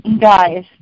guys